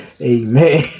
Amen